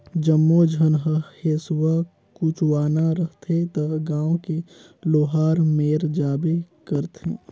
जम्मो झन ह हेसुआ कुचवाना रहथे त गांव के लोहार मेर जाबे करथे